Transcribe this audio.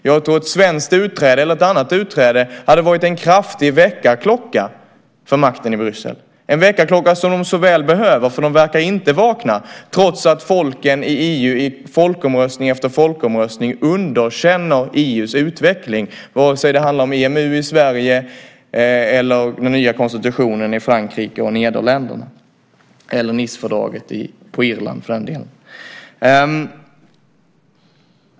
Jag tror att ett svenskt utträde eller något annat lands utträde hade varit en kraftig väckarklocka för makten i Bryssel - en väckarklocka som de så väl behöver, för de verkar inte vakna trots att folken i EU i folkomröstning efter folkomröstning underkänner EU:s utveckling, vare sig det handlar om EMU i Sverige, den nya konstitutionen i Frankrike och Nederländerna eller Nicefördraget på Irland.